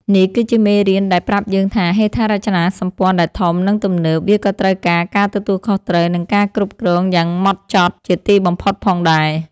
នេះគឺជាមេរៀនដែលប្រាប់យើងថា ហេដ្ឋារចនាសម្ព័ន្ធដែលធំ និងទំនើប វាក៏ត្រូវការការទទួលខុសត្រូវ និងការគ្រប់គ្រងយ៉ាងហ្មត់ចត់ជាទីបំផុតផងដែរ។